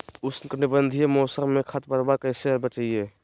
उष्णकटिबंधीय मौसम में खरपतवार से कैसे बचिये?